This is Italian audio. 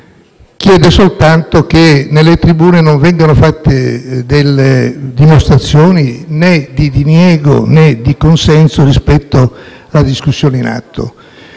chiede soltanto che nelle tribune non vengano fatte delle dimostrazioni né di diniego né di consenso rispetto alla discussione in atto.